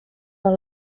are